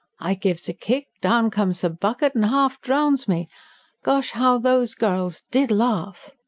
i gives a kick, down comes the bucket and half drowns me gosh, how those girls did laugh!